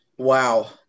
Wow